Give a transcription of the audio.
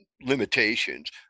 limitations